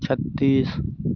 छत्तीस